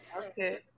Okay